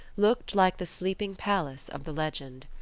looked like the sleeping palace of the legend.